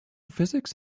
physical